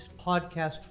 podcast